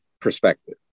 perspective